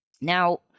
now